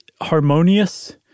harmonious